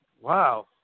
Wow